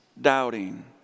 doubting